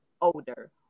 older